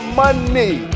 money